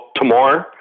tomorrow